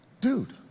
dude